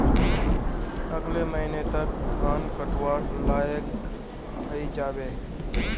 अगले महीने तक धान कटवार लायक हई जा बे